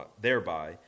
thereby